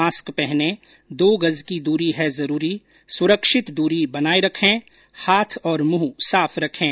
mask पहनें दो गज़ की दूरी है जरूरी सुरक्षित दूरी बनाए रखें हाथ और मुंह साफ रखें